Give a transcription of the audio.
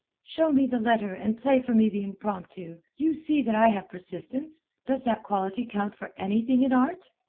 show me the letter and play for me the impromptu. you see that i have persistence. does that quality count for anything in art?